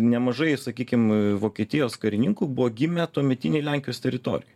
nemažai sakykim vokietijos karininkų buvo gimę tuometinėj lenkijos teritorijoj